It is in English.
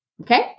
Okay